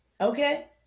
okay